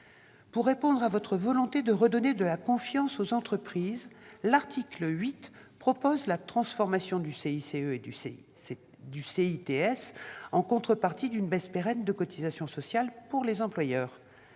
Pour répondre à votre volonté de redonner de la confiance aux entreprises, l'article 8 propose la transformation du CICE et du CITS en contrepartie d'une baisse pérenne de cotisations sociales pour les employeurs.